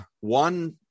one